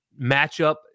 matchup